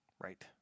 right